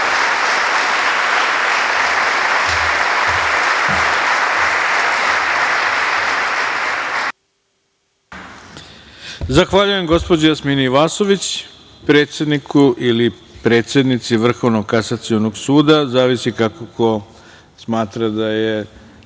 Zahvaljujem gospođi Jasmini Vasović, predsedniku ili predsednici Vrhovnog kasacionog suda, zavisi kako smatra da je